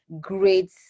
great